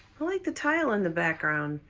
i like the tile in the background.